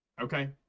Okay